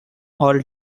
all